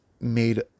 made